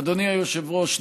אדוני היושב-ראש,